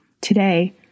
Today